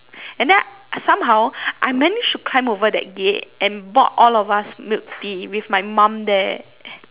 and then somehow I manage to climb over that gate and bought all of us milk tea with my mom there